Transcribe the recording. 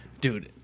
dude